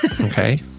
okay